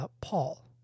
Paul